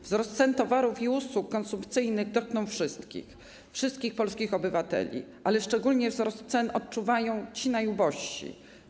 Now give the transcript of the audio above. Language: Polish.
Wzrost cen towarów i usług konsumpcyjnych dotknął wszystkich polskich obywateli, ale szczególnie wzrost cen odczuwają ci najubożsi.